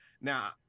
now